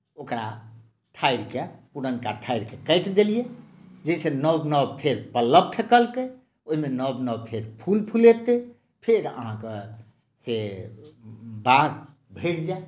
ओकरा ठाढ़िकेँ पुरनका ठाढ़िकेँ काटि देलियै जाहिसँ नव नव फेर पल्ल्व फेकलकै ओहिमे नव नव फेर फूल फुलेतै फेर अहाँके से बाग भरि जायत